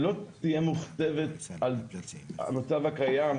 שלא תהיה מוכתבת על המצב הקיים,